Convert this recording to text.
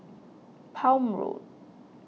Palm Road